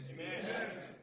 Amen